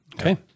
okay